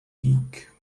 geek